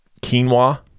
quinoa